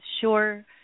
Sure